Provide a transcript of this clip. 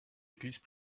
église